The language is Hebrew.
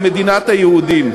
על מדינת היהודים.